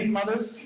mothers